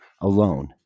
alone